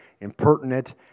impertinent